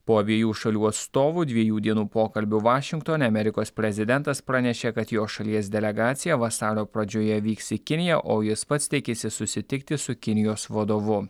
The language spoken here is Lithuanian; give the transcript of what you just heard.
po abiejų šalių atstovų dviejų dienų pokalbių vašingtone amerikos prezidentas pranešė kad jo šalies delegacija vasario pradžioje vyks į kiniją o jis pats tikisi susitikti su kinijos vadovu